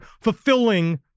fulfilling